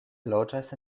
loĝas